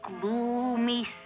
gloomy